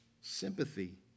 sympathy